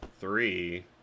three